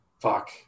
fuck